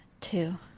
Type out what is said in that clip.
two